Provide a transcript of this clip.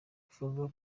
buvuga